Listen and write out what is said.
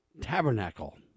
Tabernacle